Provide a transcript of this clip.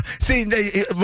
See